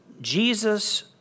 Jesus